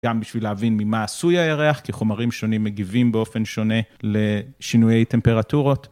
גם בשביל להבין ממה עשוי הירח, כי חומרים שונים מגיבים באופן שונה לשינויי טמפרטורות.